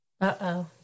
Uh-oh